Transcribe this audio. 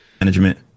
management